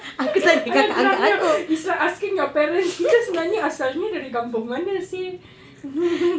!alah! geramnya it's like asking your parents kita sebenarnya asal dari kampung mana seh